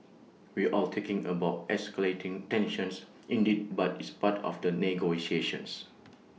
we're all talking about escalating tensions indeed but it's part of the negotiations